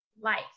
life